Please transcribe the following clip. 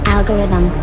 Algorithm